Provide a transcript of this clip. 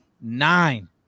Nine